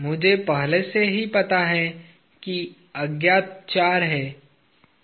मुझे पहले से ही पता है कि चार अज्ञात हैं